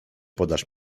podasz